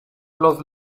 los